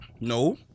No